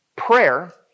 Prayer